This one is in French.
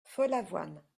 follavoine